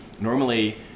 normally